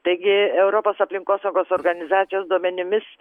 taigi europos aplinkosaugos organizacijos duomenimis